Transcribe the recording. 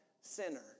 sinner